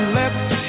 left